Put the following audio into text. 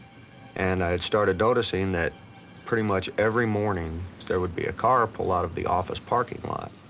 and i started noticing that pretty much every morning there would be a car pull out of the office parking lot.